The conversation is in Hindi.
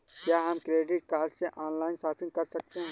क्या हम क्रेडिट कार्ड से ऑनलाइन शॉपिंग कर सकते हैं?